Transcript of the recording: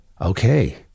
Okay